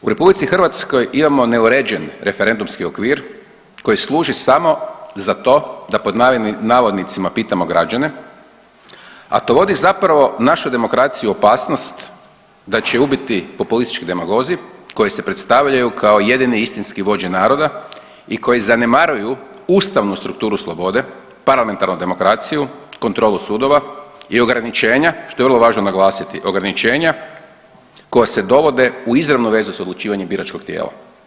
U RH imamo neuređen referendumski okvir koji služi samo za to da pod navodnicima pitamo građane, a to vodi zapravo našu demokraciju u opasnost da će ju ubiti politički demagozi koji se predstavljaju kao jedini i istinski vođe naroda i koji zanemaruju ustavnu strukturu slobode, parlamentarnu demokraciju, kontrolu sudova i ograničenja što je vrlo važno naglasiti ograničenja koja se dovode u izravnu vezu s odlučivanjem biračkog tijela.